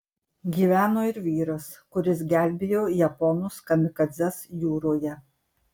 gyveno ir vyras kuris gelbėjo japonus kamikadzes jūroje